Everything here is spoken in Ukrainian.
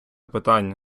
питання